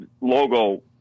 logo